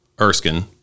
Erskine